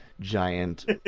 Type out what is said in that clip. giant